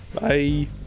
Bye